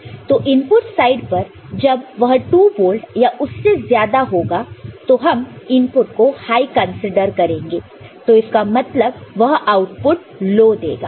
तो input side पर जब वह 2 वोल्ट या उससे ज्यादा होगा तो हम इनपुट को हाय कंसीडर करेंगे तो इसका मतलब वह आउटपुट लो देगा